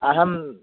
अहं